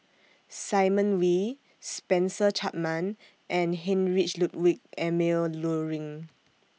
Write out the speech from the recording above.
Simon Wee Spencer Chapman and Heinrich Ludwig Emil Luering